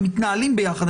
הם מתנהלים ביחד,